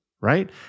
right